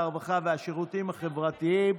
הרווחה והשירותים החברתיים,